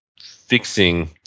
fixing